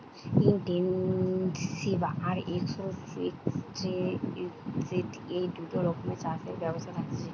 intensive আর extensive এই দুটা রকমের চাষের ব্যবস্থা থাকতিছে